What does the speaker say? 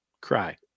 cry